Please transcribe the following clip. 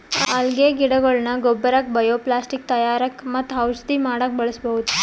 ಅಲ್ಗೆ ಗಿಡಗೊಳ್ನ ಗೊಬ್ಬರಕ್ಕ್ ಬಯೊಪ್ಲಾಸ್ಟಿಕ್ ತಯಾರಕ್ಕ್ ಮತ್ತ್ ಔಷಧಿ ಮಾಡಕ್ಕ್ ಬಳಸ್ಬಹುದ್